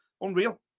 Unreal